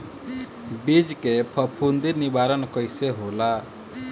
बीज के फफूंदी निवारण कईसे होला?